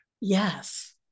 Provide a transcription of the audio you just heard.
yes